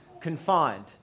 confined